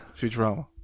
Futurama